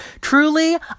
Truly